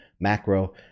macro